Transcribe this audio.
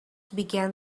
began